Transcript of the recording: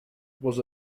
was